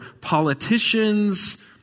politicians